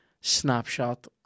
snapshot